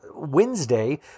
Wednesday